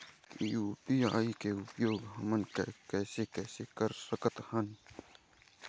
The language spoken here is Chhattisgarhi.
यू.पी.आई के उपयोग हमन कैसे कैसे कर सकत हन?